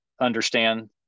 understand